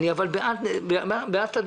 אבל אני בעד תדמור.